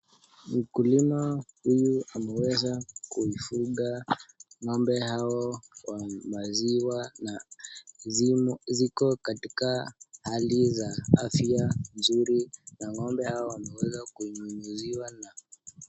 Mkulima huyu ameweza kuifuga ng'ombe hao wa maziwa na ziko katika hali za afya nzuri na ng'ombe hawa wameweza kununuliwa na...